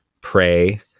pray